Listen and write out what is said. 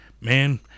man